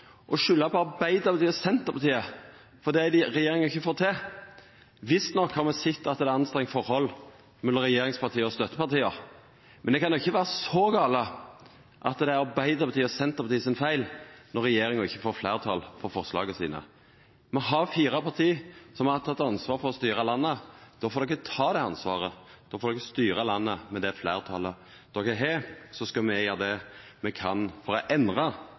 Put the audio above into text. og skulda på Arbeidarpartiet og Senterpartiet for det regjeringa ikkje får til. Visst nok har me sett at det er eit anstrengt forhold mellom regjeringspartia og støttepartia, men det kan då ikkje vera så gale at det er Arbeidarpartiet og Senterpartiet sin feil når regjeringa ikkje får fleirtal for forslaga sine. Me har fire parti som har teke ansvar for å styra landet. Då får dei ta det ansvaret, då får dei styra landet med det fleirtalet dei har, så skal me gjera det me kan for å endra